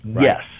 Yes